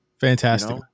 Fantastic